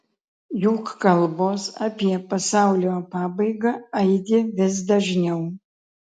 juk kalbos apie pasaulio pabaigą aidi vis dažniau